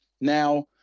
now